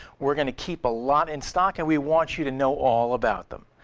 we're going to keep a lot in stock and we want you to know all about them.